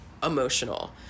emotional